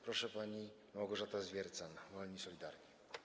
Proszę, pani Małgorzata Zwiercan, Wolni i Solidarni.